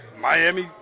Miami